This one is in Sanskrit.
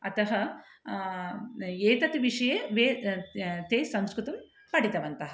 अतः एतत् विषये ते ते संस्कृतं पठितवन्तः